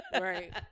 Right